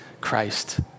Christ